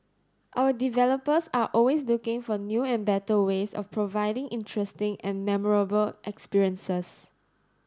our developers are always looking for new and better ways of providing interesting and memorable experiences